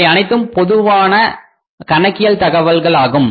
இவை அனைத்தும் பொதுவான கணக்கியல் தகவல்களாகும்